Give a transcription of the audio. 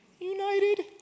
United